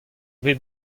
vez